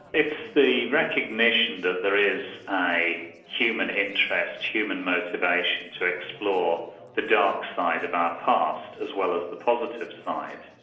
it's the recognition that there is a human interest, human motivation to explore the dark side of our past, as well as the positive side.